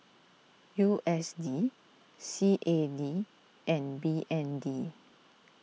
U S D C A D and B N D